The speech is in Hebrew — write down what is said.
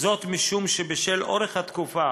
משום שבשל אורך התקופה